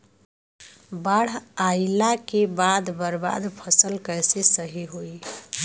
बाढ़ आइला के बाद बर्बाद फसल कैसे सही होयी?